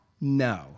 No